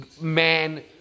man